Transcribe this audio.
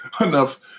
enough